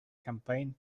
campaign